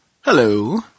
Hello